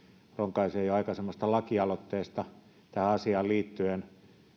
edustaja ronkaisen aikaisemmasta lakialoitteesta tähän asiaan liittyen